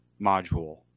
module